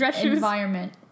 environment